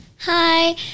Hi